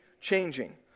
changing